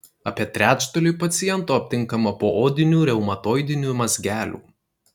apie trečdaliui pacientų aptinkama poodinių reumatoidinių mazgelių